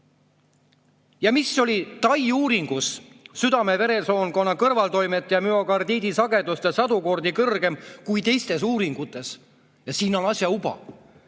Ja miks oli Tai uuringus südame-veresoonkonna kõrvaltoimete ja müokardiidi sagedus sadu kordi kõrgem kui teistes uuringutes? Ja siin on asja uba.